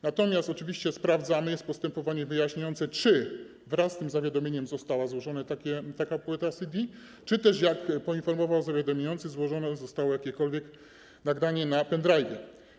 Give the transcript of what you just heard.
Natomiast oczywiście sprawdzamy, jest postępowanie wyjaśniające, czy wraz z tym zawiadomieniem została złożona taka płyta CD, czy też, jak poinformował zawiadamiający, złożone zostało jakiekolwiek nagranie na pendrivie.